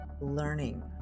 learning